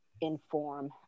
inform